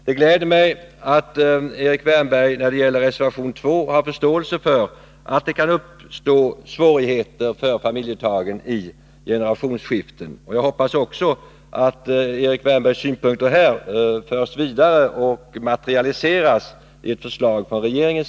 Det gläder mig att Erik Wärnberg vad beträffar reservation 2 har förståelse för att det kan uppstå svårigheter för familjeföretagen i generationsskiften. Jag hoppas att Erik Wärnbergs synpunkter här förs vidare och materialiseras i ett förslag från regeringen.